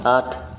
आठ